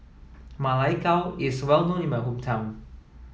Ma Lai Gao is well known in my hometown